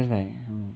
because like